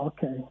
Okay